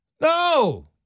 No